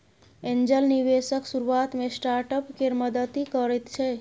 angel निबेशक शुरुआत मे स्टार्टअप केर मदति करैत छै